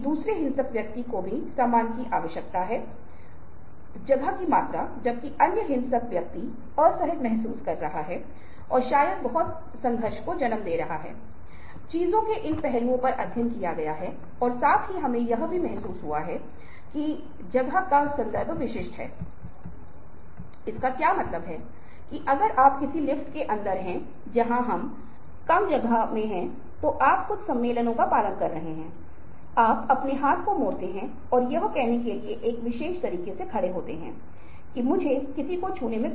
लोगों से छेड़छाड़ करना लोगों को राजी करना दंगे पैदा करना जैसे इंग्लैंड में एक विशेष स्थान पर कहना या सूचनाओं का उपयोग करके हमें ट्विटर डेटा या फेसबुक पर कहना एक महामारी पैदा करना या कुछ रचनात्मक करना ये सभी चीजें प्रकाश की गति से हो रही हैं और यह सोशल मीडिया पर हो रही है